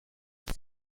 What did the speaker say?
safe